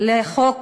לחוק